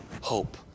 hope